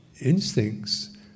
instincts